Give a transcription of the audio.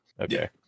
Okay